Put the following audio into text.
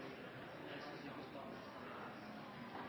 vil si at